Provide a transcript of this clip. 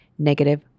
negative